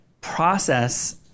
process